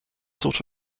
sort